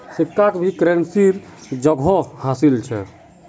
सिक्काक भी करेंसीर जोगोह हासिल छ